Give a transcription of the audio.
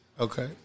Okay